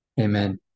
Amen